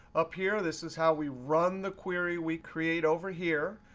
up here, this is how we run the query we create over here.